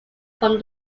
from